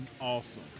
awesome